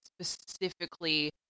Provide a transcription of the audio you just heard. specifically